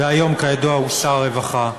והיום כידוע הוא שר הרווחה.